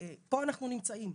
פה אנחנו נמצאים.